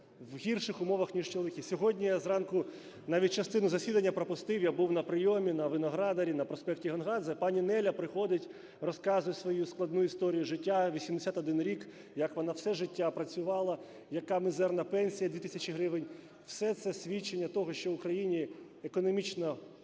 в гірших умовах ніж чоловіки. Сьогодні я зранку навіть частину засідання пропустив, я був на прийомі на Виноградарі, на проспекті Гонгадзе. Пані Неля приходить, розказує свою складну історію життя – 81 рік, як вона все життя працювала, яка мізерна пенсія – 2 тисячі гривень. Все це свідчення того, що в Україні економічна